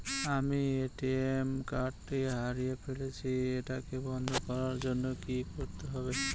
আমি ATM card টি হারিয়ে ফেলেছি এটাকে বন্ধ করার জন্য কি করতে হবে?